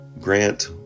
grant